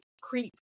creep